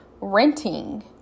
renting